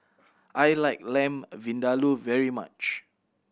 I like Lamb Vindaloo very much